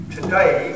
Today